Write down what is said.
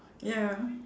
ya